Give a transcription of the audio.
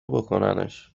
بکننش